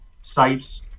sites